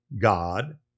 God